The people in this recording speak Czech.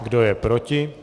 Kdo je proti?